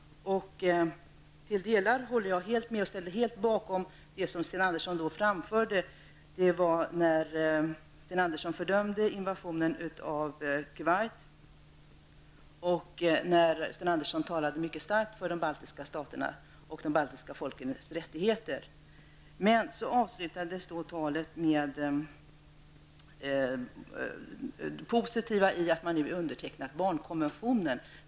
Jag ställer mig helt bakom vad Sten Andersson anförde när han fördömde invasionen i Kuwait och när han talade mycket starkt för de baltiska staterna och de baltiska folkens rättigheter. Talet avslutades med det postitiva i att man nu undertecknat barnkonventionen.